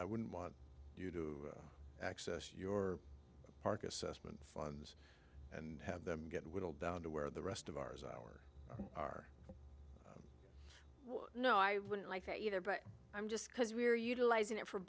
i wouldn't want you to access your park assessment funds and have them get whittled down to where the rest of ours ours are no i wouldn't like that either but i'm just because we're utilizing it for